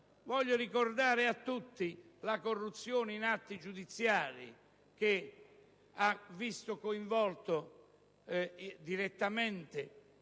Voglio ricordare a tutti la corruzione in atti giudiziari che ha visto coinvolto direttamente